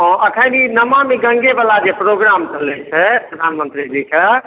हँ अखन ई नमामी गङ्गे बला जे प्रोग्राम चलैत छै प्रधानमन्त्रीजीके